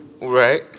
Right